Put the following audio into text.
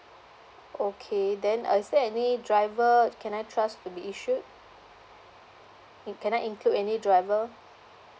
okay then uh is there any driver can I trust to be issued and can I include any driver